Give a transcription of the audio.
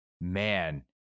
man